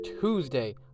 Tuesday